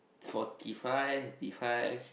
forty-five fifteen